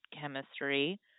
chemistry